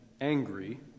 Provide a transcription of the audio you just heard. angry